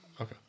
Okay